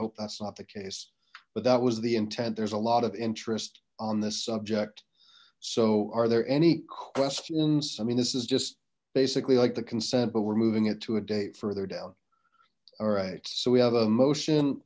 hope that's not the case but that was the intent there's a lot of interest on this subject so are there any questions i mean this is just basically like the consent but we're moving it to a date further down all right so we have a motion